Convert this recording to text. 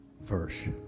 verse